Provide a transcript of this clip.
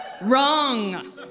Wrong